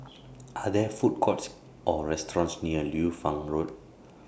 Are There Food Courts Or restaurants near Liu Fang Road